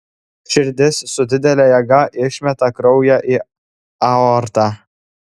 širdis su didele jėga išmeta kraują į aortą